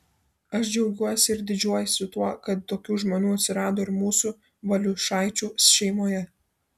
aš džiaugiuosi ir didžiuojuosi tuo kad tokių žmonių atsirado ir mūsų valiušaičių šeimoje